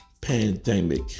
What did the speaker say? pandemic